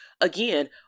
again